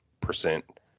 percent